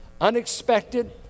unexpected